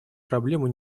проблему